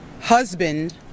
husband